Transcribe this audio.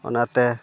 ᱚᱱᱟᱛᱮ